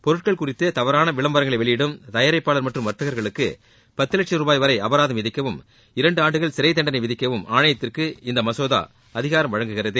பொருட்கள் குறித்து தவறான விளம்பரங்களை வெளியிடும் தயாரிப்பாளர் மற்றும் வர்த்தகர்களுக்கு பத்து வட்சும் ரூபாய் வரை அபராதம் விதிக்கவும் இரண்டு ஆண்டுகள் சிறை தண்டனை விதிக்கவும் ஆனையத்திற்கு இம்மசோதா அதிகாரம் வழங்குகிறது